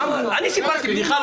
אני סיפרתי בדיחה?